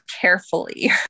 carefully